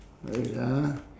wait ah